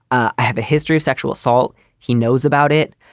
i have a history of sexual assault he knows about it.